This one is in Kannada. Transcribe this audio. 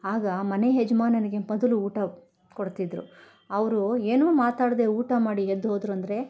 ಆಗ ಮನೆ ಯಜಮಾನನಿಗೆ ಮೊದಲು ಊಟ ಕೊಡ್ತಿದ್ರು ಅವರು ಏನೂ ಮಾತಾಡದೇ ಊಟ ಮಾಡಿ ಎದ್ಹೋದರು ಅಂದರೆ